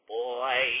boy